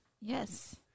Yes